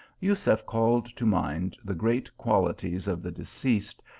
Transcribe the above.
jusef called to mind the great qualities of the deceased,